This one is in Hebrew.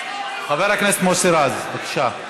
חבר הכנסת מוסי רז, בבקשה.